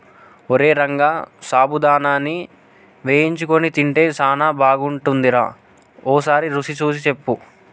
ఓరై రంగ సాబుదానాని వేయించుకొని తింటే సానా బాగుంటుందిరా ఓసారి రుచి సూసి సెప్పు